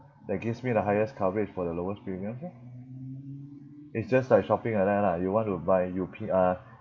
that gives me the highest coverage for the lowest premiums lor it's just like shopping like that lah you want to buy you pick uh